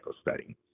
study